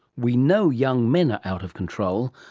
we know young men are out of control,